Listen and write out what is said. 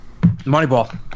Moneyball